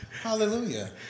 Hallelujah